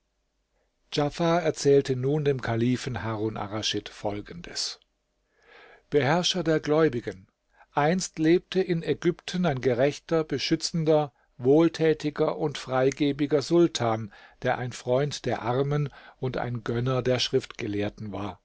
djafar erzählte nun dem kalifen harun arraschid folgendes beherrscher der gläubigen einst lebte in ägypten ein gerechter beschützender wohltätiger und freigebiger sultan der ein freund der armen und ein gönner der schriftgelehrten war